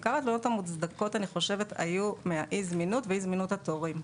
אני חושבת שעיקר התלונות המוצדקות היו מאי הזמינות ומאי זמינות התורים.